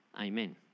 Amen